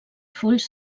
fulls